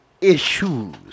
issues